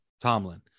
Tomlin